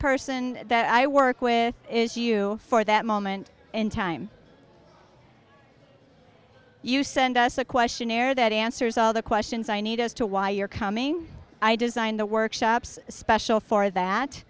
person that i work with is you for that moment in time you send us a questionnaire that answers all the questions i need as to why you're coming i designed the workshops special for that